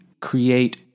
create